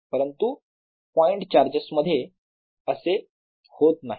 परंतु point charges मध्ये असे होत नाही